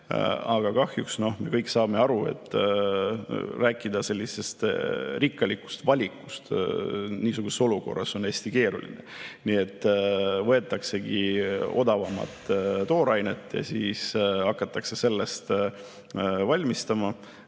Aga kahjuks, me kõik saame aru, rääkida sellisest rikkalikust valikust niisuguses olukorras on hästi keeruline. Võetaksegi odavamat toorainet ja hakatakse sellest valmistama.